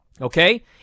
Okay